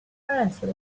currently